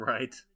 Right